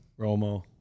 Romo